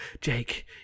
jake